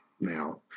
now